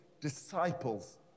disciples